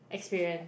experience